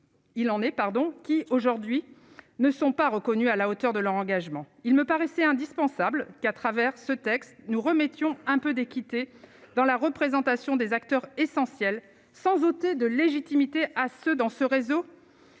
il en est, pardon, qui aujourd'hui ne sont pas reconnus à la hauteur de leur engagement, il me paraissait indispensable qu'à travers ce texte nous remettions un peu d'équité dans la représentation des acteurs essentiels sans ôter de légitimité à ce dans ce réseau.